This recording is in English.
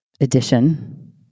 edition